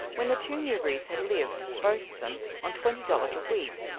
when the two newberrys had lived, both of them, on twenty dollars a week,